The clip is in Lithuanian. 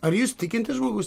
ar jūs tikintis žmogus